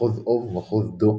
מחוז אוב, ומחוז דו,